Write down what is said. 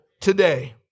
today